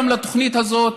התנגד לתוכנית הזאת.